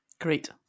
Great